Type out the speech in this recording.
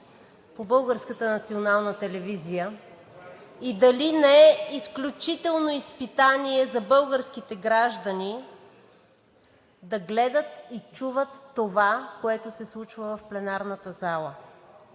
и дали не е изключително изпитание за българските граждани да гледат и чуват това, което се случва в пленарната зала.